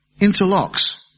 interlocks